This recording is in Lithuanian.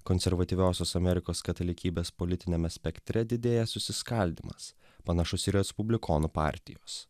konservatyviosios amerikos katalikybės politiniame spektre didėja susiskaldymas panašus į respublikonų partijos